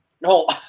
no